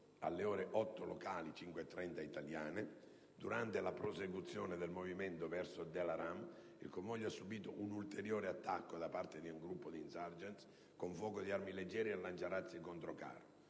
alle ore 8 locali (5,30 ora italiana), durante la prosecuzione del movimento verso Delaram, il convoglio ha subito un ulteriore attacco da parte di un gruppo di *insurgents* con fuoco di armi leggere e lanciarazzi controcarri.